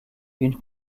une